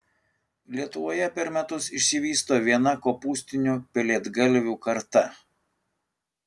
lietuvoje per metus išsivysto viena kopūstinių pelėdgalvių karta